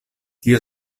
tio